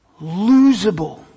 losable